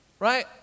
Right